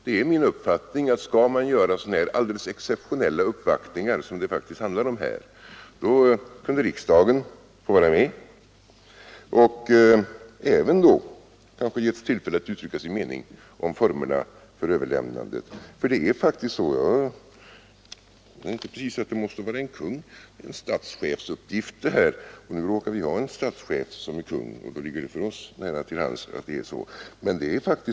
Det är min uppfattning att skall man göra sådana alldeles exceptionella uppvaktningar som det faktiskt handlar om här, borde riksdagen kunna få vara med och kanske även uttrycka sin mening om formerna för överlämnandet. Sådant här är ändå en statschefsuppgift. Nu råkar vi ha en statschef som är kung, och då ligger det för oss nära till hands att han skall ta hand om saken.